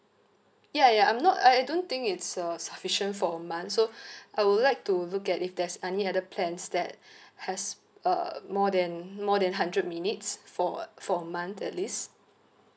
ya ya I'm not I I don't think it's uh sufficient for a month so I would like to look at if there's any other plans that has uh more than more than hundred minutes for for a month at least